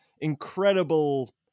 incredible